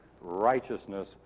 righteousness